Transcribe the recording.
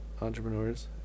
entrepreneurs